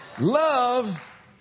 Love